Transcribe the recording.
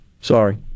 Sorry